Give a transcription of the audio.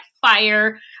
fire